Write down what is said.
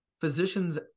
Physicians